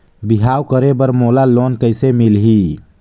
बिहाव करे बर मोला लोन कइसे मिलही?